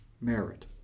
merit